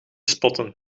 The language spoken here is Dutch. spotten